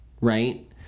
right